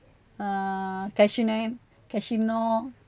uh casino